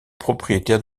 propriétaire